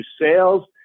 sales